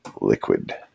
liquid